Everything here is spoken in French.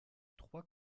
trois